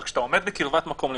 אבל כשאתה עומד בקרבת מקום למישהו,